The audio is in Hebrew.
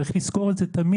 צריך לזכור את זה תמיד